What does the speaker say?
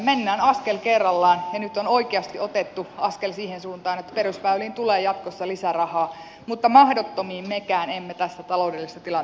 mennään askel kerrallaan ja nyt on oikeasti otettu askel siihen suuntaan että perusväyliin tulee jatkossa lisärahaa mutta mahdottomiin mekään emme tässä taloudellisessa tilanteessa pysty